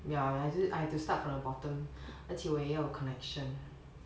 ya 我就是 I have to start from the bottom 而且我也要有 connection